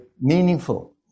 meaningful